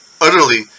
utterly